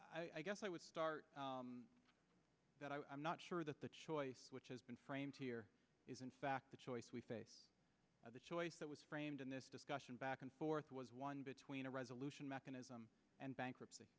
i guess i would start that i'm not sure that the choice which has been framed here is in fact the choice we face the choice that was framed in this discussion back and forth was one between a resolution mechanism and